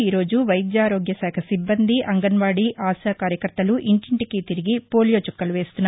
ఈ రోజు వైద్య ఆరోగ్య శాఖ సిబ్బంది అంగన్వాడీ ఆశా కార్యకర్తలు ఇంటింటికీ తిరిగి పోలియో చుక్కలు వేస్తున్నారు